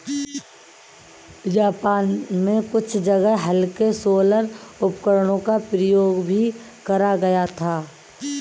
Japan में कुछ जगह हल्के सोलर उपकरणों का प्रयोग भी करा गया था